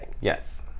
Yes